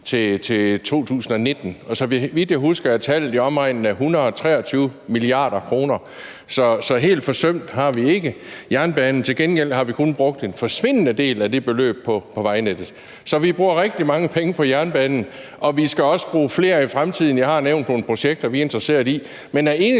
så vidt jeg husker, var tallet i omegnen af 123 mia. kr. Så helt forsømt har vi ikke jernbanen. Til gengæld har vi kun brugt en forsvindende lille del af det beløb på vejnettet. Så vi bruger rigtig mange penge på jernbanen, og vi skal også bruge flere i fremtiden. Jeg har nævnt nogle projekter, vi er interesserede i. Men er